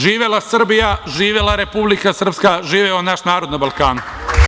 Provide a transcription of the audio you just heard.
Živela Srbija, živela Republike Srpska, živeo naš narod na Balkanu.